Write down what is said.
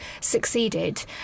succeeded